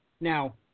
Now